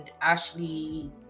Ashley